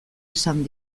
esan